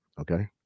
okay